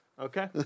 Okay